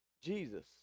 Jesus